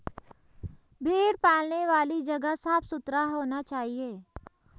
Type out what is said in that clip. भेड़ पालने वाली जगह साफ सुथरा होना चाहिए